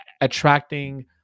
attracting